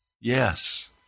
Yes